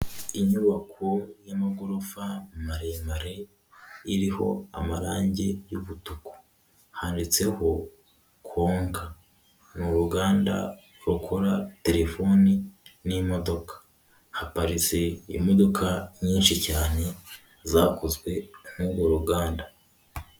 Inyubako y'amagorofa maremare iriho amarangi y'ubutuku handitseho konka. Ni uruganda rukora telefoni n'imodoka. Haparitse imodoka nyinshi cyane zakozwe n'urwo ruganda.